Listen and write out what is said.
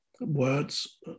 words